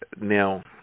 Now